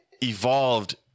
evolved